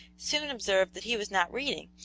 soon observed that he was not reading,